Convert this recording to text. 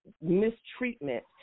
mistreatment